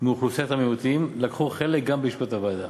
מאוכלוסיית המיעוטים לקחו חלק גם בישיבות הוועדה.